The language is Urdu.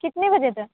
کتنے بجے تک